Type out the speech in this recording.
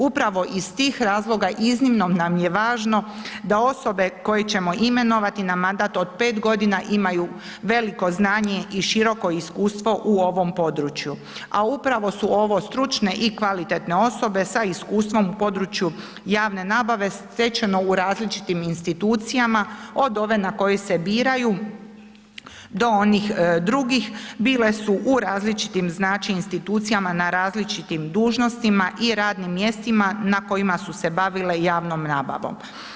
Upravo iz tih razloga iznimno nam je važno da osobe koje ćemo imenovati na mandat od 5 g. imaju veliko znanje i široko iskustvo u ovom području a upravo su ovo stručne i kvalitetne osobe sa iskustvo u području javne nabave stečeno u različitim institucijama od ove na koju se biraju do onih drugih, bile su u različitim institucijama na različitim dužnostima i radnim mjestima na kojima su se bavile javnom nabavom.